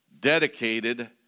dedicated